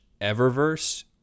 Eververse